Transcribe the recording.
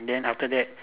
then after that